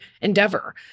endeavor